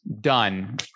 done